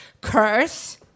curse